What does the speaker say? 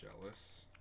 jealous